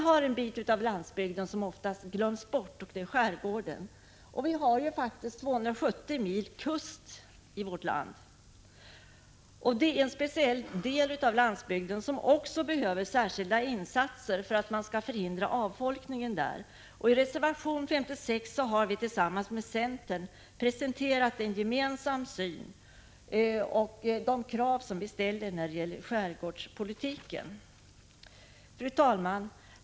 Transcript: Den del av landsbygden som oftast glöms bort är skärgården. Vi har faktiskt 270 mil kust i vårt land. Detta är en speciell del av landsbygden som behöver särskilda insatser för att förhindra avfolkningen av dessa områden. I reservation 56 har vi tillsammans med centern presenterat vår gemensamma syn på frågan och de krav som vi ställer på skärgårdspolitiken. Fru talman!